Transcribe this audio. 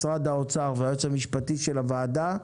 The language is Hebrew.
משרד האוצר והיועץ המשפטי של הוועדה.